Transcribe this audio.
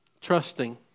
trusting